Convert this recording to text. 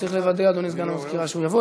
צריך לוודא, אדוני סגן המזכירה, שהוא יבוא.